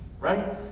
right